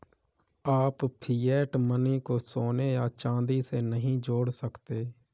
आप fiat money को सोने या चांदी से नहीं जोड़ सकते